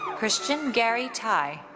christian gary thai.